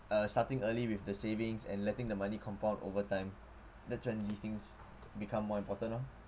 uh starting early with the savings and letting the money compound over time that's when these things become more important lor